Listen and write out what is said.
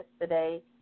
today